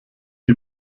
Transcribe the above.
die